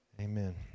Amen